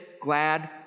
glad